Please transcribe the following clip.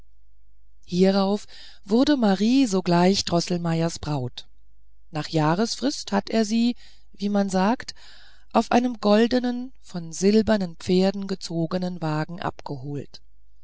hierauf wurde marie sogleich droßelmeiers braut nach jahresfrist hat er sie wie man sagt auf einem goldnen von silbernen pferden gezogenen wagen abgeholt